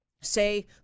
say